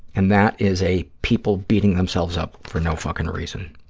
and that is a people beating themselves up for no fucking reason,